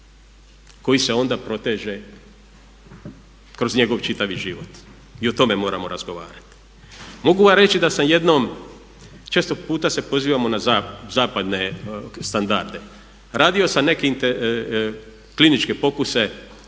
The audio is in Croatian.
koji se onda proteže kroz njegov čitavi život i o tome moramo razgovarati. Mogu vam reći da sam jednom često puta se pozivamo na zapadne standarde. Radio sam neke kliničke pokuse